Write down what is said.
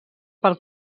pel